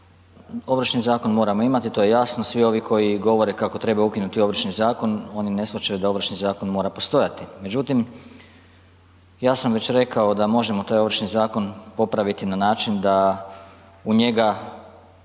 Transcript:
Ovršni zakon moramo imati, to je jasno, svi ovi koji govore kako treba ukinuti Ovršni zakon, oni ne shvaćaju da Ovršni zakon mora postojati. Međutim, ja sam već rekao da možemo taj Ovršni zakon popraviti na način da u njega